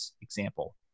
example